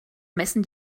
messen